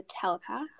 telepath